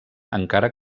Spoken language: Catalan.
encara